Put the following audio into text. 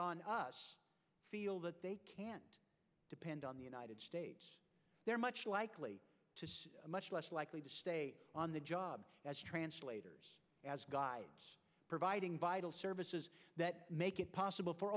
on us feel that they can't depend on the united states they're much likely much less likely to stay on the job as translators as guides providing vital services that make it possible for